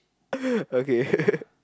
ppl okay ppl